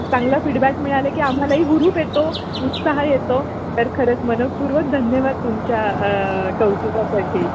चांगला फीडबॅक मिळाला की आम्हालाही हुरूप येतो उत्साह येतो तर खरंच मनःपूर्वक धन्यवाद तुमच्या कौतुकासाठी